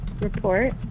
report